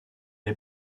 est